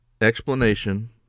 explanation